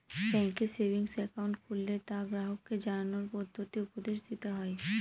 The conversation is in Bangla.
ব্যাঙ্কে সেভিংস একাউন্ট খুললে তা গ্রাহককে জানানোর পদ্ধতি উপদেশ দিতে হয়